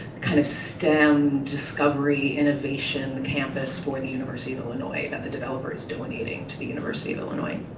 kind of stem, discovery innovation campus for the university of illinois that the developer's donating to the university of illinois.